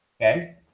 okay